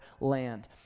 land